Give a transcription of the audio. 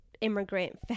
immigrant